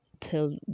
tell